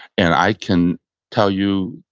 and i can tell you,